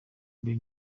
mbere